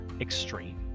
extreme